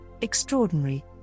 extraordinary